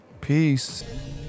Peace